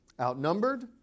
outnumbered